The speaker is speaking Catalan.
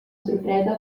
sorpresa